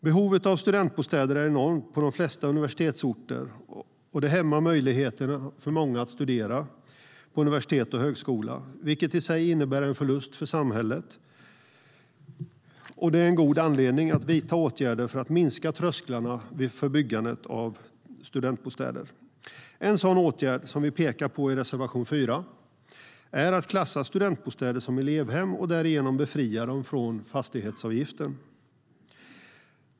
Behovet av studentbostäder är enormt på de flesta universitetsorter, och det hämmar möjligheterna för många att studera på universitet och högskola. Det innebär i sig en förlust för samhället, och det är en god anledning för att vidta åtgärder för att minska trösklarna för byggande av studentbostäder. En sådan åtgärd som vi pekar på i reservation 4 är att klassa studentbostäder som elevhem och därigenom befria dem från fastighetsavgiften.